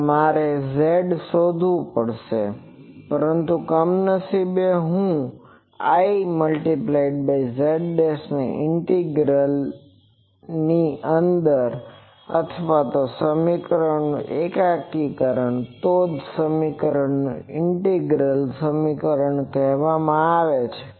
તો મારે શોધવું પડશે પરંતુ કમનસીબે હું Iz' આ ઇન્ટીગ્રેસનની અંદર છે અથવા તે આ સમીકરણનું એકીકરણ છે તો જ આ સમીકરણોને ઇન્ટિગ્રલ સમીકરણો કહેવામાં આવે છે